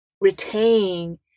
retain